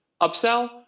upsell